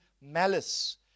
malice